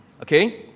Okay